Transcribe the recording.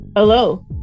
Hello